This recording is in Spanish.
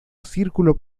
círculo